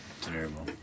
Terrible